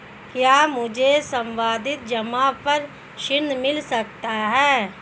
क्या मुझे सावधि जमा पर ऋण मिल सकता है?